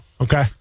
okay